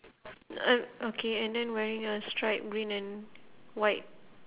uh okay and then wearing a stripe green and white